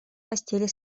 постели